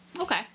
Okay